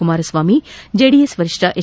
Kumaraswamy JDS ವರಿಷ್ಠ H